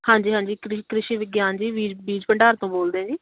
ਹਾਂਜੀ ਹਾਂਜੀ ਕ੍ਰਿਸ਼ੀ ਵਿਗਿਆਨ ਜੀ ਬੀਜ ਬੀਜ ਭੰਡਾਰ ਤੋਂ ਬੋਲਦੇ ਜੀ